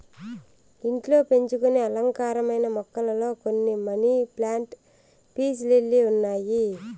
ఇంట్లో పెంచుకొనే అలంకారమైన మొక్కలలో కొన్ని మనీ ప్లాంట్, పీస్ లిల్లీ ఉన్నాయి